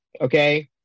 okay